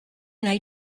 wnei